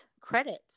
credit